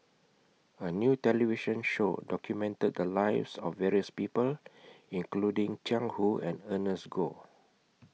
A New television Show documented The Lives of various People including Jiang Hu and Ernest Goh